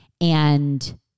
And-